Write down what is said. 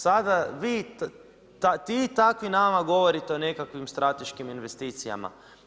Sada vi i takvi nama govorite o nekakvim strateškim investicijama.